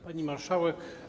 Pani Marszałek!